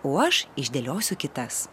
o aš išdėliosiu kitas